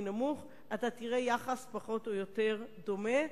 נמוך תראה יחס פחות או יותר דומה,